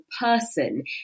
person